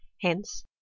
Hence